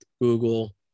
Google